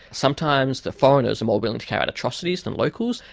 sometimes the foreigners are more willing to carry out atrocities than locals,